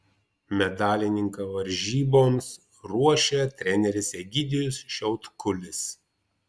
medalininką varžyboms ruošia treneris egidijus šiautkulis